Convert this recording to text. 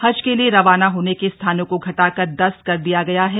हज के लिए रवाना होने के स्थानों को घटाकर दस कर दिया गया है